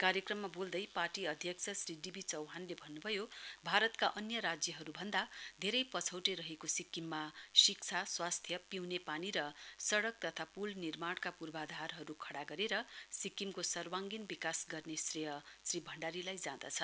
कार्यक्रममा बोल्दै पार्टी अध्यक्ष श्री डीबी चौहानले भन्न्भयो भारतका अन्य राज्यहरूभन्दा धेरै पछौटे रहेको सिक्किममा शिक्षा स्वास्थ्य पिउने पानी र सडक तथा पूल निर्माणका पूर्वाधारहरू खडा गरेर सिक्किमको सर्वाङ्गीन विकास गर्ने श्रेय श्री भण्डारीलाई जाँदछ